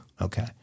Okay